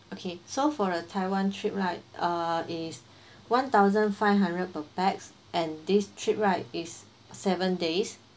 okay so for a taiwan trip like uh is one thousand five hundred per pax and this trip right is seven days